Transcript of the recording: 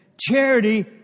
Charity